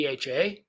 DHA